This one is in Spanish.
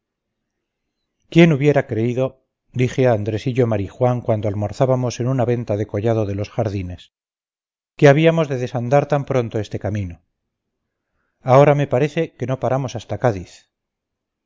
quién hubiera creído dije a andresillo marijuán cuando almorzábamos en una venta de collado de los jardines que habíamos de desandar tan pronto este camino ahora me parece que no paramos hasta cádiz